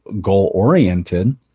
goal-oriented